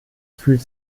fühlt